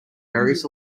various